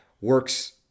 works